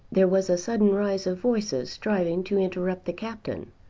there was a sudden rise of voices striving to interrupt the captain,